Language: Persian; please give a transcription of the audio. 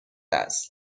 است